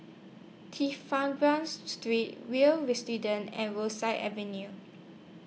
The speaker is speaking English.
Street Will's and Rosyth Avenue